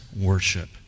worship